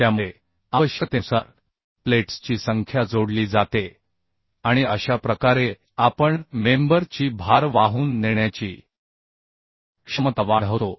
त्यामुळे आवश्यकतेनुसार प्लेट्सची संख्या जोडली जाते आणि अशा प्रकारे आपण मेंबर ची भार वाहून नेण्याची क्षमता वाढवतो